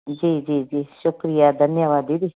जी जी जी शुक्रिया धन्यवाद दीदी